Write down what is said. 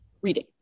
reading